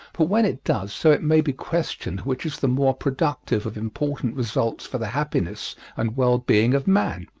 but when it does so it may be questioned which is the more productive of important results for the happiness and well-being of man.